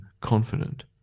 confident